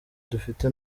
dufite